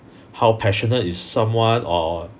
how passionate is someone or